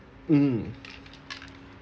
mm